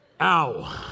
Ow